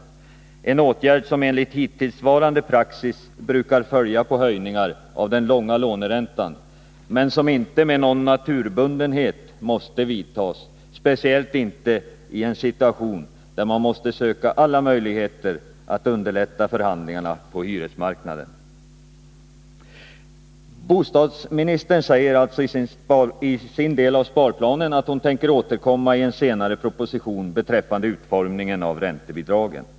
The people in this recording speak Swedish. Det är en åtgärd som enligt hittillsvarande praxis brukar följa på höjningar av den långa låneräntan men som inte med någon naturbundenhet måste vidtas, speciellt inte i en situation där man måste söka alla möjligheter att underlätta förhandlingarna på hyresmarknaden. Bostadsministern säger i sin del av sparplanen att hon i en senare proposition tänker återkomma beträffande utformningen av räntebidragen.